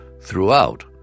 Throughout